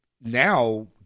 now